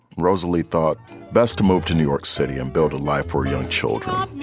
rosalie thought best to move to new york city and build a life for young children